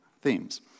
themes